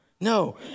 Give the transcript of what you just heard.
No